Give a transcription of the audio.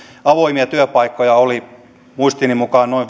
avoimia työpaikkoja oli muistini mukaan noin